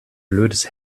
blödes